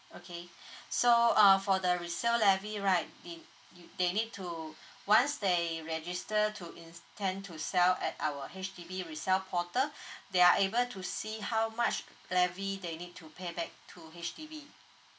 okay so uh for the resale levy they you they need to once they register to intend to sell at our H_D_B resale portal they're able to see how much levy they need to pay back to H_D_B